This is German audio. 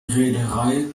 reederei